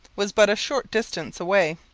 was but a short distance away.